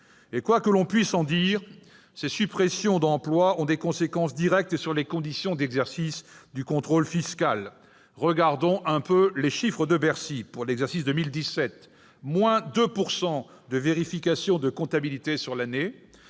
Quoi que l'on puisse dire, ces suppressions d'emplois ont des conséquences directes sur les conditions d'exercice du contrôle fiscal. Regardons un peu les chiffres de Bercy pour l'exercice 2017 : une baisse de 2 % des vérifications de comptabilité pour l'année,